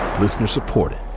Listener-supported